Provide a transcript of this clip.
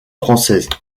françaises